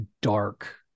dark